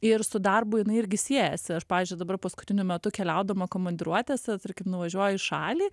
ir su darbu jinai irgi siejasi aš pavyzdžiui dabar paskutiniu metu keliaudama komandiruotėse tarkim nuvažiuoju į šalį